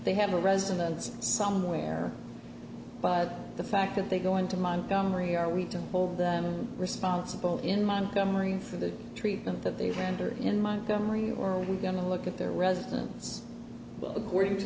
they have a residence somewhere but the fact that they go into montgomery are we to hold them responsible in montgomery for the treatment that they pander in montgomery or are we going to look at their residence according to